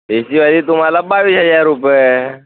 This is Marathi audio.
एसीवाली तुम्हाला बावीस हजार रुपये